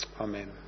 Amen